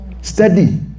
steady